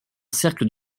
cercle